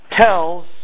tells